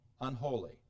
unholy